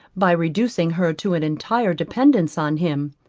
by reducing her to an entire dependance on him,